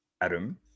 Adam